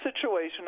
situation